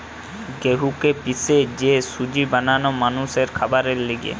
গেহুকে পিষে যে সুজি বানানো মানুষের খাবারের লিগে